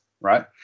right